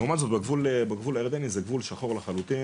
לעומת זאת, בגבול הירדני זה גבול שחור לחלוטין.